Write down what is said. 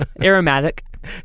aromatic